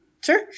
Sure